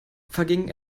vergingen